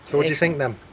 what you think then?